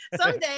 someday